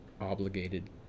obligated